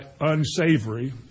unsavory